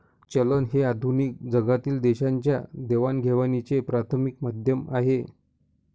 चलन हे आधुनिक जगातील देशांच्या देवाणघेवाणीचे प्राथमिक माध्यम आहे